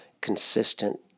consistent